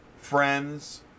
friends